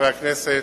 חברי הכנסת,